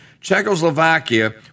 Czechoslovakia